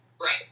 Right